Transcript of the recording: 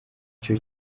cyo